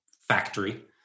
factory